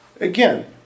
again